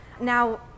Now